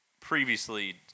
previously